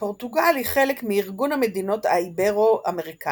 פורטוגל היא חלק מארגון המדינות האיברו-אמריקניות,